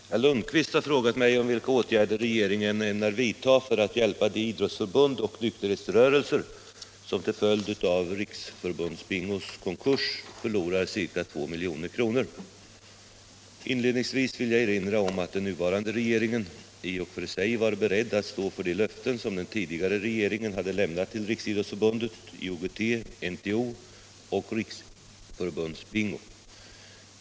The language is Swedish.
303, och anförde: Herr talman! Herr Lundkvist har frågat mig vilka åtgärder regeringen ämnar vidta för att hjälpa de idrottsförbund och nykterhetsrörelser som till följd av Riksförbundsbingos konkurs förlorar ca 2 milj.kr. Inledningsvis vill jag erinra om att den nuvarande regeringen i och för sig var beredd att stå för de löften som den tidigare regeringen hade lämnat till Riksidrottsförbundet, IOGT-NTO och Riksförbundsbingo.